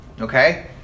okay